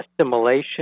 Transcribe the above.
assimilation